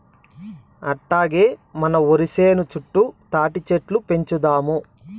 అట్టాగే మన ఒరి సేను చుట్టూ తాటిచెట్లు పెంచుదాము